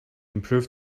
improved